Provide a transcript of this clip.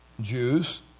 Jews